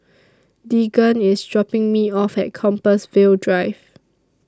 Deegan IS dropping Me off At Compassvale Drive